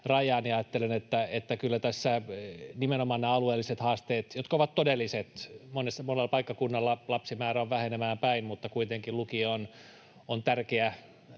raja. Ajattelen, että kyllä tässä nimenomaan näiden alueellisten haasteiden — jotka ovat todelliset, monella paikkakunnalla lapsimäärä on vähenemään päin, mutta kuitenkin lukio on tärkeä